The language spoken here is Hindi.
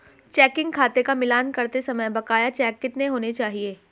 चेकिंग खाते का मिलान करते समय बकाया चेक कितने होने चाहिए?